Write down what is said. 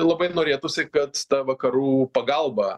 labai norėtųsi kad ta vakarų pagalba